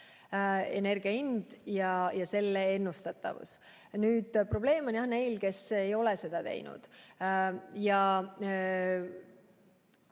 Energia hind ja selle ennustatavus. Nüüd probleem on jah neil, kes ei ole seda teinud.